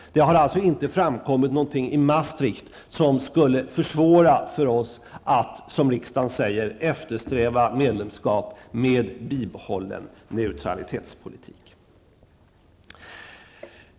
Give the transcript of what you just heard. Det har inte framkommit något i Maastricht som skulle försvåra för oss att, som riksdagen säger, eftersträva medlemskap med bibehållen neutralitetspolitik.